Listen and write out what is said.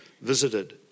visited